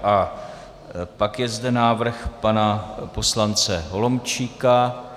A pak je zde návrh pana poslance Holomčíka.